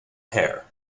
hair